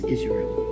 Israel